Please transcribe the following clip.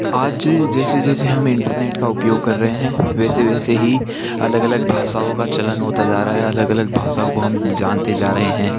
आज जैसे जैसे हम इंटरनेट का उपयोग कर रहे हैं वैसे वैसे ही अलग अलग भाषाओं का चलन होता जा रहा है अलग अलग भाषाओं को हम जानते जा रहे हैं